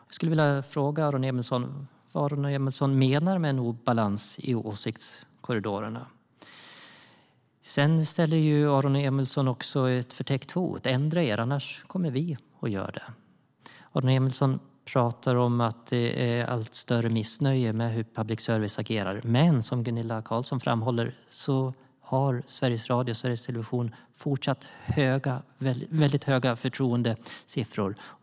Vad menar Aron Emilsson med obalans i åsiktskorridorerna? Aron Emilsson framställer ett förtäckt hot om att vi ska ändra oss. Annars kommer de att göra det. Aron Emilsson pratar om att det finns ett allt större missnöje med hur public service agerar, men som Gunilla Carlsson framhåller har Sveriges Radio och Sveriges Television fortfarande höga förtroendesiffror.